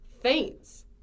faints